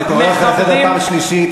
אני קורא אותך לסדר פעם שלישית,